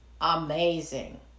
amazing